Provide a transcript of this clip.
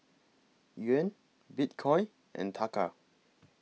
Yuan Bitcoin and Taka